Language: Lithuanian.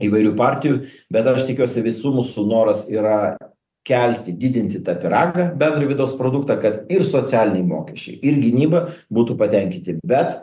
įvairių partijų bet aš tikiuosi visų mūsų noras yra kelti didinti tą pyragą bendrą vidaus produktą kad ir socialiniai mokesčiai ir gynyba būtų patenkinti bet